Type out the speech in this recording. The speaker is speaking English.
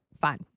fun